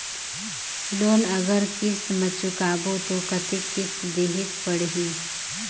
Loan अगर किस्त म चुकाबो तो कतेक किस्त देहेक पढ़ही?